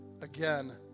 again